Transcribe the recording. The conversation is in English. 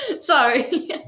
sorry